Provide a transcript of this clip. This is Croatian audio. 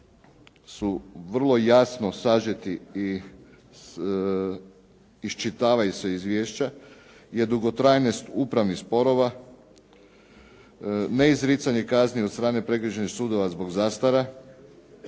su vrlo jasno sažeti i iščitava se iz izvješća, je dugotrajnost upravnih sporova, neizricanje kazni od strane prekršajnih sudova zbog zastara,